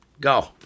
Go